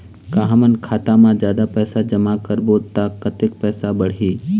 का हमन खाता मा जादा पैसा जमा करबो ता कतेक पैसा बढ़ही?